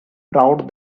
proud